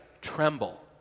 tremble